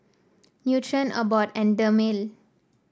Nutren Abbott and Dermale